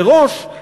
מראש,